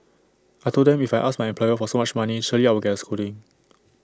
I Told them if I ask my employer for so much money surely I will get A scolding